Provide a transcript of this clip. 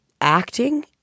acting